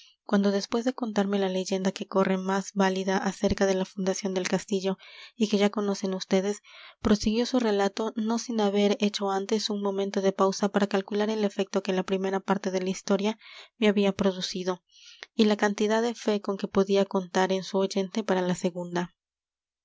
cuando después de contarme la leyenda que corre más válida acerca de la fundación del castillo y que ya conocen ustedes prosiguió su relato no sin haber hecho antes un momento de pausa para calcular el efecto que la primera parte de la historia me había producido y la cantidad de fe con que podía contar en su oyente para la segunda